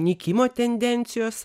nykimo tendencijos